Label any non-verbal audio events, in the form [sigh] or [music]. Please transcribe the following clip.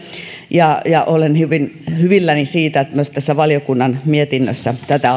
ja olen hyvilläni siitä että myös tässä valiokunnan mietinnössä tätä [unintelligible]